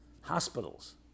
Hospitals